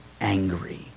angry